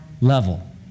level